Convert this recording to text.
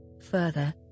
further